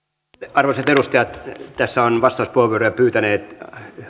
arvoisat edustajat tässä ovat vastauspuheenvuoroja pyytäneet